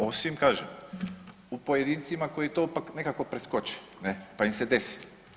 Osim kažem u pojedincima koji to pak nekako preskoče, ne, pa im se desi.